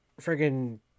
friggin